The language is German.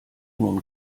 nun